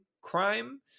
crime